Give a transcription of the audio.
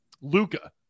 Luca